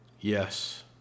Yes